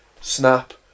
snap